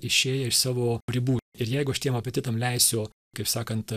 išėję iš savo ribų ir jeigu aš tiem apetitam leisiu kaip sakant